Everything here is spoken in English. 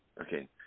okay